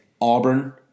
Auburn